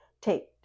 take